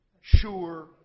sure